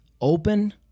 open